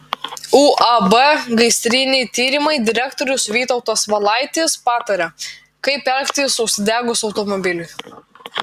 uab gaisriniai tyrimai direktorius vytautas valaitis pataria kaip elgtis užsidegus automobiliui